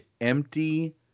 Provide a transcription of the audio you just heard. Empty